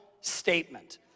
statement